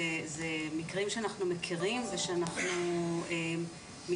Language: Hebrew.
אלה מקרים שאנחנו מכירים ושאנחנו מתמודדים